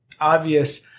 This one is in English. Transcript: obvious